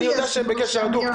אני יודע שהם בקשר הדוק.